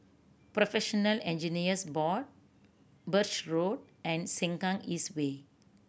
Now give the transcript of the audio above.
Professional Engineers Board Birch Road and Sengkang East Way